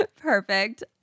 Perfect